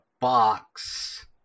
box